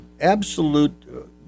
absolute